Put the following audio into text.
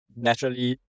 naturally